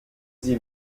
sie